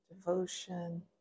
devotion